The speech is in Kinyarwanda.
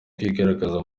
kwigaragaza